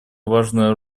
важная